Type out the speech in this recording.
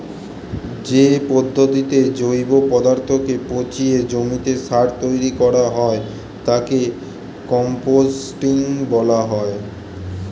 যে পদ্ধতিতে জৈব পদার্থকে পচিয়ে জমিতে সার তৈরি করা হয় তাকে কম্পোস্টিং বলা হয়